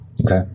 Okay